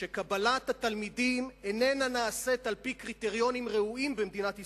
וקבלת התלמידים איננה נעשית על-פי קריטריונים ראויים במדינת ישראל,